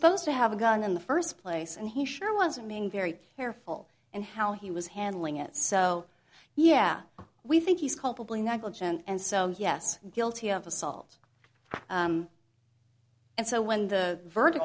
supposed to have a gun in the first place and he sure wasn't being very careful and how he was handling it so yeah we think he's culpably negligent and so yes guilty of assault and so when the verdict